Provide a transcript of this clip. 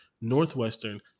Northwestern